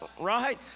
right